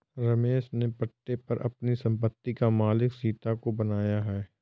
रमेश ने पट्टे पर अपनी संपत्ति का मालिक सीता को बनाया है